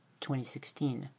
2016